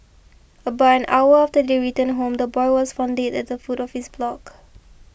about an hour after they returned home the boy was found dead at the foot of his block